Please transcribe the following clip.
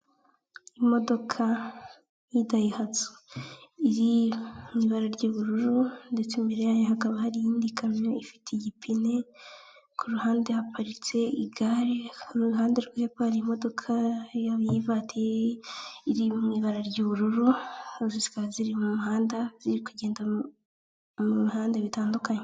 Imodoka y'idayihatsu iri mu ibara ry'ubururu ndetse imbere yayo hakaba hari indi kamyo ifite igipine, kuruhande haparitse igare, ku ruhande rwo hepfo hakaba haparitse imodoka y'ivatire iri mu ibara ry'ubururu, zose zikaba ziri mu muhanda ziri kugenda mu muhanda bitandukanye.